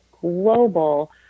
global